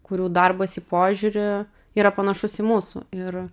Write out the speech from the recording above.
kurių darbas į požiūrį yra panašus į mūsų ir